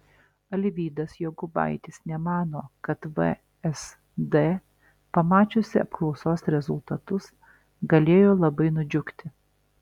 alvydas jokubaitis nemano kad vsd pamačiusi apklausos rezultatus galėjo labai nudžiugti